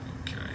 Okay